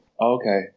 Okay